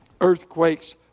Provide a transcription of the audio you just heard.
Earthquakes